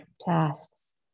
tasks